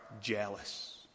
jealous